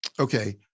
Okay